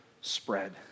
spread